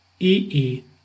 e-e